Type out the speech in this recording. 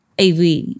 AV